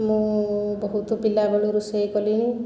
ମୁଁ ବହୁତ ପିଲାବେଳୁ ରୋଷେଇ କଲିଣି